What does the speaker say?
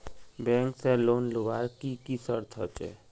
Bank से loan लुबार की की शर्त होचए?